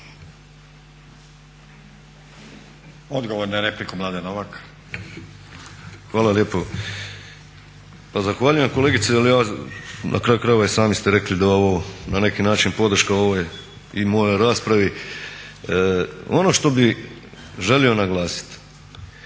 **Novak, Mladen (Nezavisni)** Hvala lijepo. Pa zahvaljujem kolegice, na kraju krajeva i sami ste rekli da je ovo na neki način podrška ovoj i mojoj raspravi. Ono što bih želio naglasiti,